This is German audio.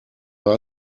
war